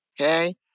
Okay